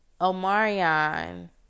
Omarion